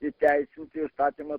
įteisinti įstatymą